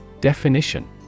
Definition